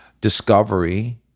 discovery